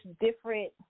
different